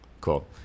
Cool